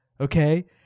Okay